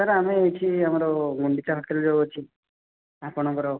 sir ଆମେ ଏଇଠି ଆମର ଗୁଣ୍ଡିଚା ହୋଟେଲ୍ ଯେଉଁ ଅଛି ଆପଣଙ୍କର